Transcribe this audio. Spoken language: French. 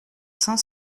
cinq